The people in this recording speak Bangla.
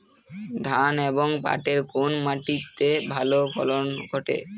ধান এবং পাটের কোন মাটি তে ভালো ফলন ঘটে?